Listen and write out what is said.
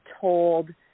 told